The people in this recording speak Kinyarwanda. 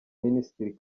minisitiri